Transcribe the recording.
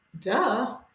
Duh